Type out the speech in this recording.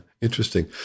Interesting